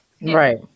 Right